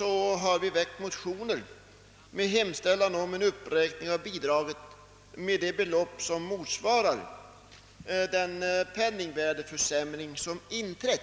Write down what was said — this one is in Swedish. Vi har väckt motioner med hemställan om en uppräkning av bidraget med ett belopp som motsvarar den penningvärdeförsämring som inträtt